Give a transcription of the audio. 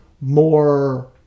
more